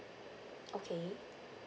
okay